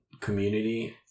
community